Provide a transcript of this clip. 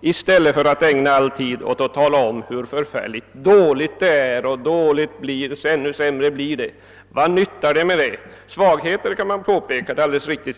i stället för att ägna all tid åt att tala om att det är så förfärligt dåligt ställt och blir ännu sämre. Vad nyttar det? Svagheter kan man peka på, det är alldeles riktigt.